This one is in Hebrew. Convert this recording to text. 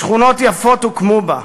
שכונות יפות הוקמו בה.